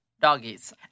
doggies